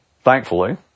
Thankfully